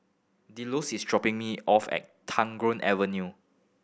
delos is dropping me off at Tagore Avenue